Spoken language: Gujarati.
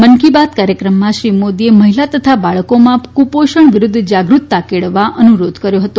મન કી બાત કાર્યક્રમમાં શ્રી મોદીએ મહિલા તથા બાળકોમાં કુપોષણ વિરૂદ્ધ જાગૃતતા કેળવવા અનુરોધ કર્યો છે